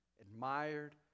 admired